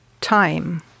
time